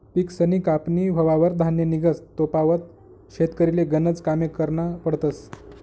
पिकसनी कापनी व्हवावर धान्य निंघस तोपावत शेतकरीले गनज कामे करना पडतस